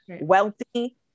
wealthy